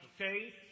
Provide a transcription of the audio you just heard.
okay